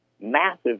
massive